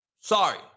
Sorry